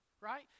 right